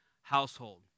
household